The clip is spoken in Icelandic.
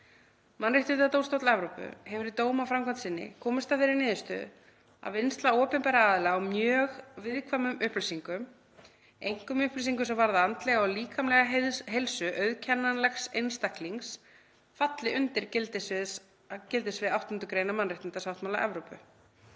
Mannréttindadómstóll Evrópu hefur í dómaframkvæmd sinni komist að þeirri niðurstöðu að vinnsla opinberra aðila á mjög viðkvæmum upplýsingum, einkum upplýsingum sem varða andlega og líkamlega heilsu auðkennanlegs einstaklings, falli undir gildissvið 8. gr. mannréttindasáttmála Evrópu